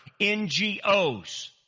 NGOs